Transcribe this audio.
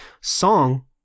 song